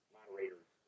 Moderators